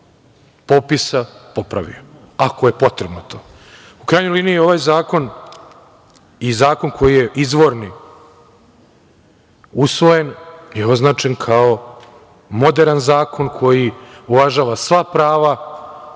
popisa popravio, ako je to potrebno.U krajnjoj liniji, ovaj zakon i zakon koji je izvorni, je usvojen i označen kao moderan zakon koji uvažava sva prava